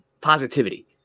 positivity